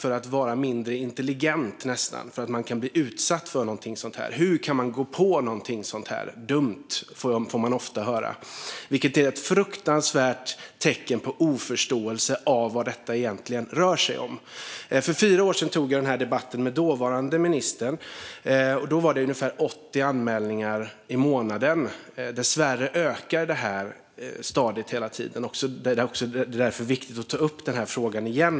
Är de mindre intelligenta därför att de utsatts, eller hur kan de gå på något så dumt, får man ofta höra, vilket är ett tecken på en fruktansvärd oförståelse av vad detta egentligen rör sig om. För fyra år sedan hade jag denna debatt med den dåvarande ministern. Då var det ungefär 80 anmälningar i månaden. Dessvärre ökar det stadigt hela tiden, och det är därför viktigt att ta upp denna fråga igen.